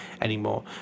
anymore